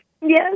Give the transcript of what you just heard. Yes